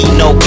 no